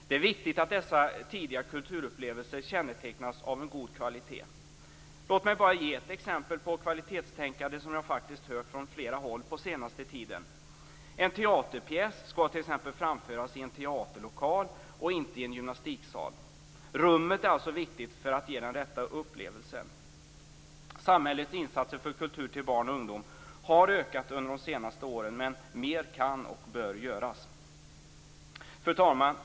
Det är viktigt att dessa tidiga kulturupplevelser kännetecknas av god kvalitet. Låt mig bara ge ett exempel på kvalitetstänkande som jag faktiskt hört från flera håll på senare tid. En teaterpjäs skall t.ex. framföras i en teaterlokal och inte i en gymnastiksal. Rummet är alltså viktigt för att ge den rätta upplevelsen. Samhällets insatser för kultur till barn och ungdom har ökat under senare år, men mer kan och bör göras. Fru talman!